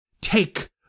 take